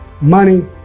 money